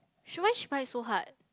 she why she bite so hard